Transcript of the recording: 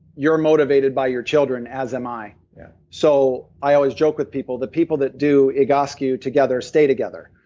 you're motivated by your children, as am i yeah so i always joke with people, the people that do egoscue together stay together.